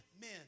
men